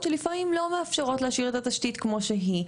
שלפעמים לא מאפשרות להשאיר את התשתית כמו שהיא.